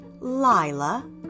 Lila